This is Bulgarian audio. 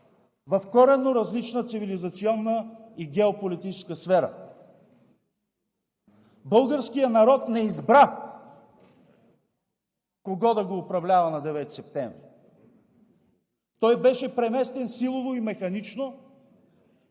в коренно различна цивилизационна и геополитическа сфера. Българският народ не избра кой да го управлява на 9 септември! Той беше преместен силово и механично